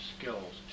skills